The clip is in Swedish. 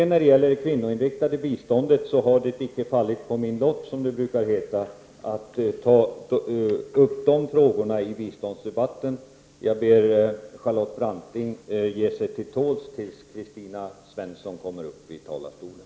När det gäller det kvinnoinriktade biståndet vill jag slutligen säga att det icke har fallit på min lott, som det brukar heta, att ta upp den frågan i biståndsdebatten. Jag ber Charlotte Branting att ge sig till tåls tills Kristina Svensson kommer upp i talarstolen.